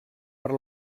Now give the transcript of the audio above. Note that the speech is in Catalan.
per